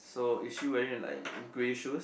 so is wearing like grey shoes